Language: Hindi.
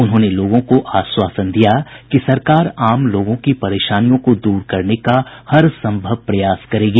उन्होंने लोगों को आश्वासन दिया कि सरकार आम लोगों की परेशानियों को दूर करने का हरसंभव प्रयास करेगी